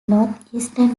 northeastern